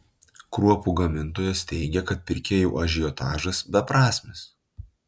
kruopų gamintojas teigia kad pirkėjų ažiotažas beprasmis